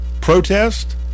protest